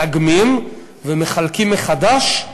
מאגמים ומחלקים מחדש,